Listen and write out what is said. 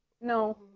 No